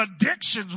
addictions